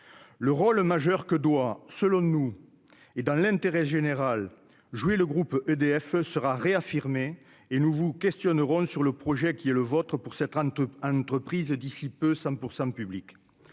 le rôle majeur que doit, selon nous, et dans l'intérêt général, jouer le groupe EDF sera réaffirmé et nous vous questionne sur le projet qui est le vôtre pour ses trente entreprises d'ici peu 100 % public